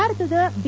ಭಾರತದ ಬಿ